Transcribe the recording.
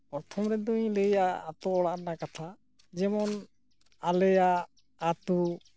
ᱯᱨᱚᱛᱷᱚᱢ ᱨᱮᱫᱩᱧ ᱞᱟᱹᱭᱟ ᱟᱹᱛᱩ ᱚᱲᱟᱜ ᱨᱮᱭᱟᱜ ᱠᱟᱛᱷᱟ ᱡᱮᱢᱚᱱ ᱟᱞᱮᱭᱟᱜ ᱟᱹᱛᱩ